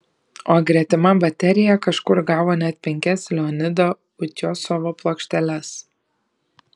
o gretima baterija kažkur gavo net penkias leonido utiosovo plokšteles